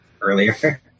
earlier